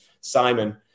Simon